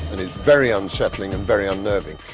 very unsettling and very unnerving.